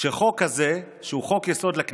שחוק כזה, שהוא חוק-יסוד: הכנסת,